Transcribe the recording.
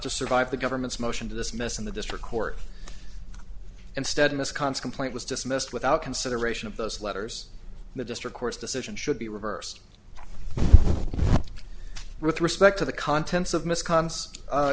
to survive the government's motion to dismiss and the district court instead of this constant was dismissed without consideration of those letters the district court's decision should be reversed with respect to the contents of